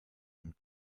und